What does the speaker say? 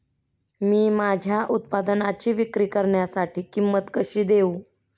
मी माझ्या उत्पादनाची विक्री करण्यासाठी किंमत कशी देऊ?